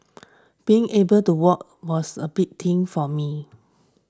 being able to walk was a big thing for me